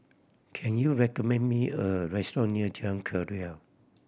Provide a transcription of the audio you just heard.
can you recommend me a restaurant near Jalan Keria